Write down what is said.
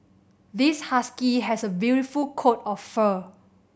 this husky has a beautiful coat of fur